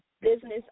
business